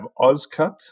Ozcut